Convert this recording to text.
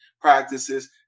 practices